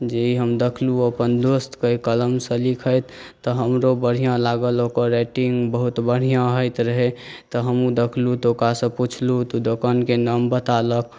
जे हम ई देखलहुॅं अपन दोस्तके एहि कलमसॅं लिखैत तऽ हमरो बढ़िऑं लागल ओकर राइटिंग बहुत बढ़िऑं होयत रहै हमहुॅं देखलहुॅं तऽ ओकरासऽ पूछलहुॅं तऽ ओ दोकानके नाम बतेलक